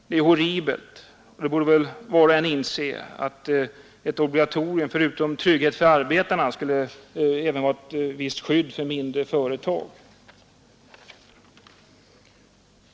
Detta är ju horribelt, och var och en borde väl inse att ett obligatorium, förutom trygghet för arbetarna, även vore ett skydd för mindre företag.